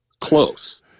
close